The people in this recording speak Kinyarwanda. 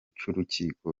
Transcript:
cy’urukiko